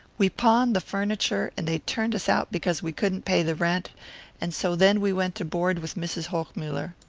we pawned the furniture, and they turned us out because we couldn't pay the rent and so then we went to board with mrs. hochmuller.